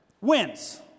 wins